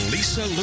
Lisa